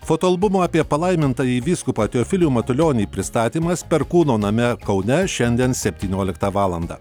fotoalbumo apie palaimintąjį vyskupą teofilių matulionį pristatymas perkūno name kaune šiandien septynioliktą valandą